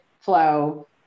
flow